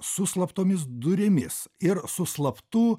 su slaptomis durimis ir su slaptu